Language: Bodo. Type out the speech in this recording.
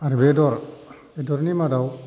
आरो बेदर बेदरनि मादाव